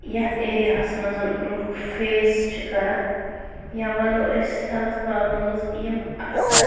یَتھ ایریاہَس منٛز لُکھ فیس چھِ کَران یا وَنو أسۍ ہٮ۪لٕتھ پرٛابلٕمٕز یِم اَکثَر